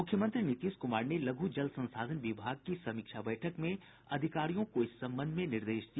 मुख्यमंत्री नीतीश कुमार ने लघु जल संसाधन विभाग की समीक्षा बैठक में अधिकारियों को इस संबंध में निर्देश दिया